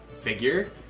figure